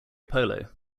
polo